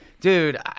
dude